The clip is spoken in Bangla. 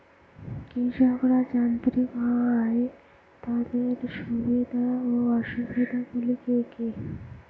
কৃষকরা যান্ত্রিক হওয়ার তাদের সুবিধা ও অসুবিধা গুলি কি কি?